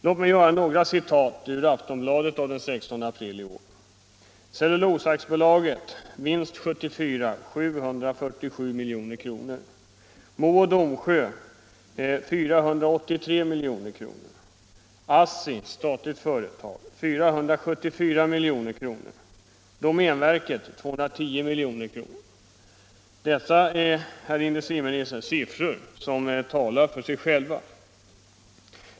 Låt mig referera några siffror ur Aftonbladet av den 16 april i år: 309 Detta, herr industriministern, är siffror som talar för sig själva!